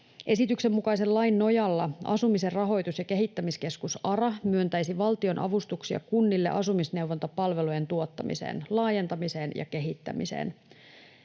Esityksen mukaisen lain nojalla Asumisen rahoitus‑ ja kehittämiskeskus ARA myöntäisi valtionavustuksia kunnille asumisneuvontapalvelujen tuottamiseen, laajentamiseen ja kehittämiseen.